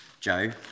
Joe